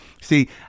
See